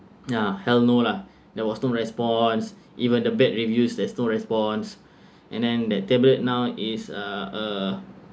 yeah hell no lah there was no response even the bad reviews there's no response and then that tablet now is uh